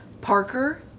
Parker